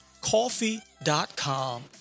coffee.com